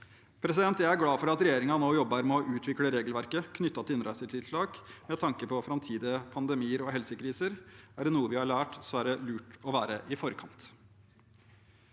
Jeg er glad for at regjeringen nå jobber med å utvikle regelverket knyttet til innreisetiltak med tanke på framtidige pandemier og helsekriser. Er det noe vi har lært, er det at det er lurt å være i forkant.